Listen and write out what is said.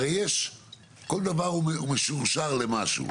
כל דבר הוא משורשר למשהו.